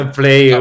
play